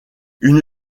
une